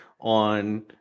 on